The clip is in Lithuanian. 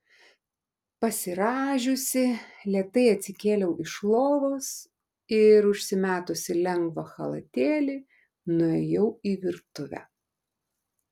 pasirąžiusi lėtai atsikėliau iš lovos ir užsimetusi lengvą chalatėlį nuėjau į virtuvę